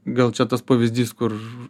gal čia tas pavyzdys kur